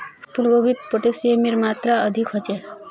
फूल गोभीत पोटेशियमेर मात्रा अधिक ह छे